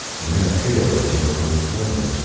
and then a pitter or two upon the floor.